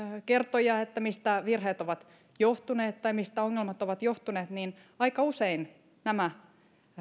kertoja mistä virheet ovat johtuneet tai mistä ongelmat ovat johtuneet niin aika usein nämä